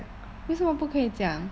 为什么不可以讲